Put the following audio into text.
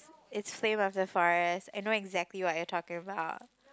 is Flame of the Forest I know exactly what you talking about